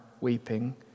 weeping